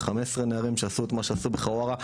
15 נערים שעשו את מה שעשו בחווארה.